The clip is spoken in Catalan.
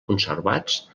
conservats